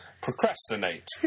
Procrastinate